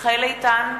מיכאל איתן,